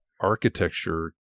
architecture